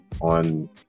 on